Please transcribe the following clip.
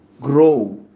grow